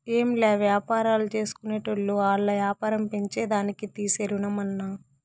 ఏంలా, వ్యాపారాల్జేసుకునేటోళ్లు ఆల్ల యాపారం పెంచేదానికి తీసే రుణమన్నా